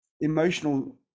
emotional